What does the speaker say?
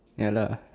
ya lah